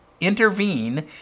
intervene